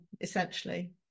Essentially